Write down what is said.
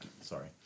Sorry